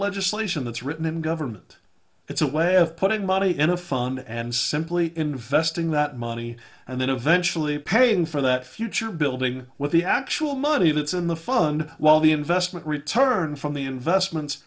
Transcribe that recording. legislation that's written in government it's a way of putting money into fun and simply investing that money and then eventually paying for that future building with the actual money that's in the fund while the investment return from the investments